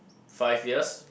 five years